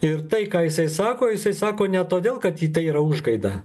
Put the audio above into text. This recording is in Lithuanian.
ir tai ką jisai sako jisai sako ne todėl kad į tai yra užgaida